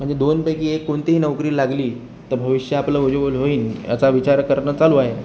म्हणजे दोनपैकी एक कोणतीही नोकरी लागली तर भविष्य आपलं उज्ज्वल होईन याचा विचार करणं चालू आहे